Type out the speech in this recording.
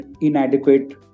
inadequate